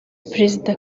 perezida